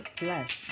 flesh